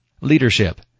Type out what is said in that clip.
LEADERSHIP